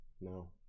No